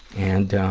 and